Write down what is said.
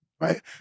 Right